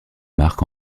marques